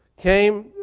came